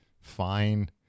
fine